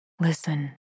Listen